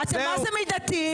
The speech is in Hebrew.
אתה ממש מידתי.